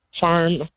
farm